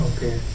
Okay